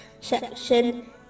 section